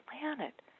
planet